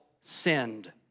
sinned